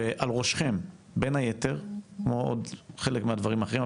ועל ראשכם, בין היתר, כמו עוד חלק מהדברים האחרים.